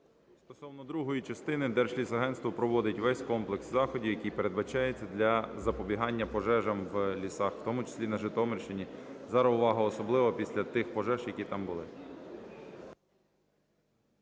Стосовно другої частини. Держлісагентство проводить весь комплекс заходів, який передбачається для запобігання пожежам в лісах, в тому числі на Житомирщині. Зараз увага особлива після тих пожеж, які там були.